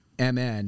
MN